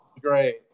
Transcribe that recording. great